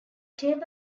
table